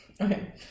Okay